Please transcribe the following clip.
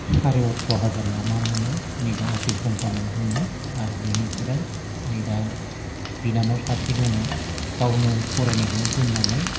सारे अथ्र' हाजार ना मा मोनो नै दा आफेल कम्पानियाव दङो आरो बिनिफ्राय नै दा बिनानाव सासे दङ गावनो फरायनायखो दोननानै